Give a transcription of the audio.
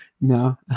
No